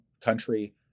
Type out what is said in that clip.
country